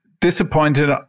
disappointed